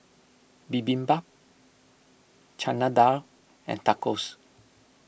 Bibimbap Chana Dal and Tacos